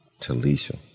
Talisha